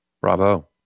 Bravo